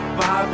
bye